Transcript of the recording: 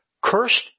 Cursed